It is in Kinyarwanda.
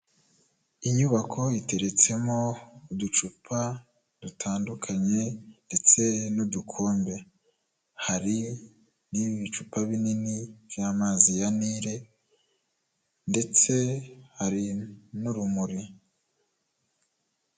Inyubako iteretsemo uducupa dutandukanye ndetse n'udukombe, hari n'ibicupa binini by'amazi ya nile ndetse hari n'urumuri.